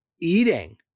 eating